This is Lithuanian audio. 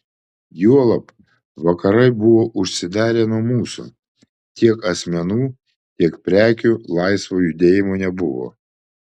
juolab vakarai buvo užsidarę nuo mūsų tiek asmenų tiek prekių laisvo judėjimo nebuvo